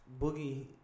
Boogie